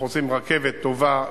אנחנו רוצים רכבת טובה,